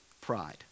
pride